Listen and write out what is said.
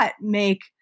make